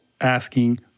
asking